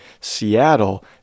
Seattle